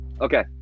Okay